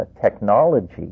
technology